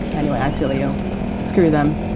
anyway, i feel you screw them